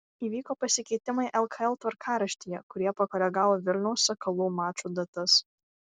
įvyko pasikeitimai lkl tvarkaraštyje kurie pakoregavo vilniaus sakalų mačų datas